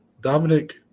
Dominic